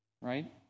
right